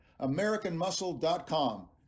AmericanMuscle.com